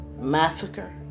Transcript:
massacre